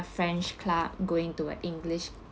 a french club going to a english